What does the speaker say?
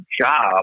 job